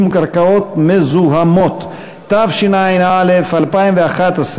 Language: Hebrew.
ההתגוננות האזרחית (תיקון מס' 16),